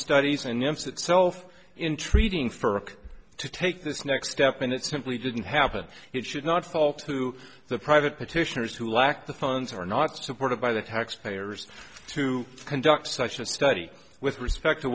studies and nymphs itself intreating for rick to take this next step and it simply didn't happen it should not fall to the private petitioners who lack the funds are not supported by the taxpayers to conduct such a study with respect to